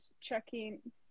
checking